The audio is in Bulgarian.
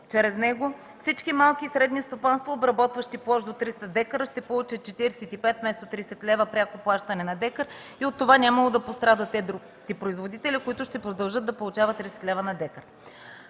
чрез него всички малки и средни стопанства, обработващи площ до 300 дка, ще получат 45, вместо 30 лв. пряко плащане на декар и от това нямало да пострадат едрите производители, които ще продължат да получават 30 лв. на дка.